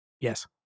Yes